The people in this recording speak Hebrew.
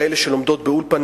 כאלה שלומדות באולפנה,